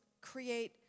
create